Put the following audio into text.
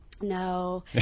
No